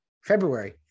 february